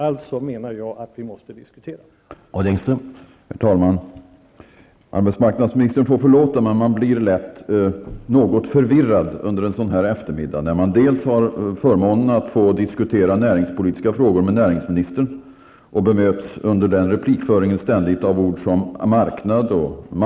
Alltså måste vi diskutera detta.